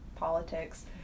politics